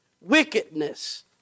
wickedness